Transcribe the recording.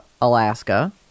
Alaska